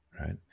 Right